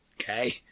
Okay